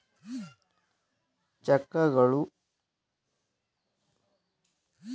ಚೆಕ್ಗಳು ಸಾವಿರದ ಎಂಟುನೂರು ನಲವತ್ತು ನಾಲ್ಕು ರ ಪೀಲ್ಸ್ ಕಾಯಿದೆಯ ನಂತರ ಪ್ರಸಿದ್ಧಿಯನ್ನು ಪಡೆಯಿತು ಎಂದು ಹೇಳಬಹುದು